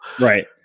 Right